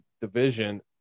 division